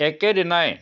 একেদিনাই